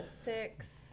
six